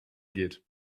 geht